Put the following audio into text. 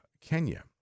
Kenya